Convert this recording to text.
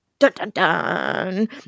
dun-dun-dun